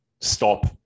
stop